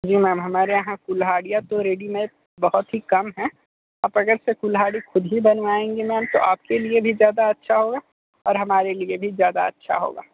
जी ma'am हमारे यहाँ कुलहाड़ियाँ तो रेडीमेट बहुत ही कम हैं आप अगर अलग से कुल्हाड़ी खुद ही बनवाएंगी मैम तो आप के लिए भी ज़्यादा अच्छा होगा और हमारे लिए भी ज़्यादा अच्छा होगा